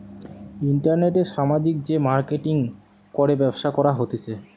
ইন্টারনেটে সামাজিক যে মার্কেটিঙ করে ব্যবসা করা হতিছে